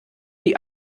die